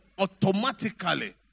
automatically